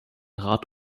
rat